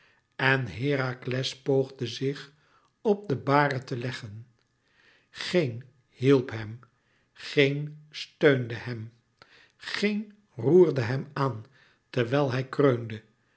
en herakles poogde zich op de bare te leggen géen hielp hem géen steunde hem géen roerde hem aan terwijl hij kreunde